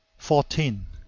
fourteen.